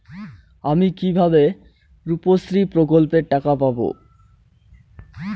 আমি কিভাবে রুপশ্রী প্রকল্পের টাকা পাবো?